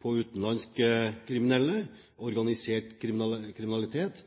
med utenlandske kriminelle, organisert kriminalitet,